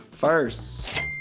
First